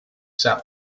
sap